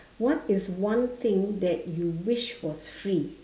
what is one thing that you wish was free